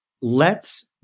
lets